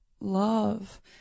love